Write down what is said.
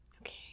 Okay